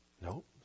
Nope